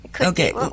Okay